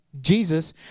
Jesus